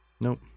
nope